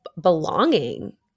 belonging